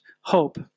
hope